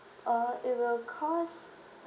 or it will cost